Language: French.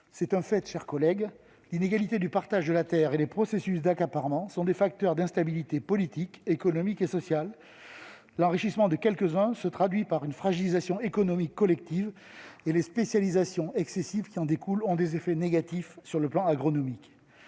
C'est un fait, chers collègues, l'inégalité du partage de la terre et les processus d'accaparement sont des facteurs d'instabilité politique, économique et sociale. L'enrichissement de quelques-uns se traduit par une fragilisation économique collective, et les spécialisations excessives qui en découlent ont des effets négatifs sur le plan agronomique.